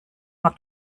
mal